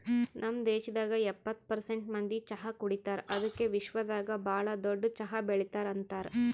ನಮ್ ದೇಶದಾಗ್ ಎಪ್ಪತ್ತು ಪರ್ಸೆಂಟ್ ಮಂದಿ ಚಹಾ ಕುಡಿತಾರ್ ಅದುಕೆ ವಿಶ್ವದಾಗ್ ಭಾಳ ದೊಡ್ಡ ಚಹಾ ಬೆಳಿತಾರ್ ಅಂತರ್